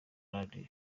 radio